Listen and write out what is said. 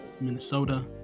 minnesota